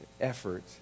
effort